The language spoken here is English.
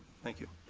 thank you.